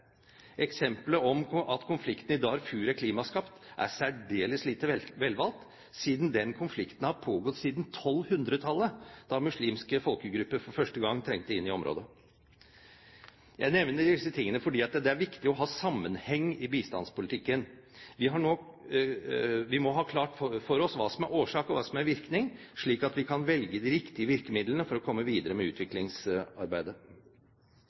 om at konflikten i Darfur er klimaskapt, er særdeles lite velvalgt, siden den konflikten har pågått siden 1200-tallet, da muslimske folkegrupper for første gang trengte inn i området. Jeg nevner dette fordi det er viktig å ha sammenheng i bistandspolitikken. Vi må ha klart for oss hva som er årsak og hva som er virkning, slik at vi kan velge de riktige virkemidlene for å komme videre med